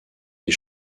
des